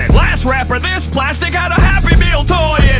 last rapper this plastic had a happy meal toy yeah